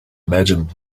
imagine